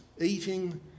eating